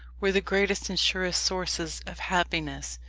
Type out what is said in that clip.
were the greatest and surest sources of happiness.